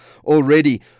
already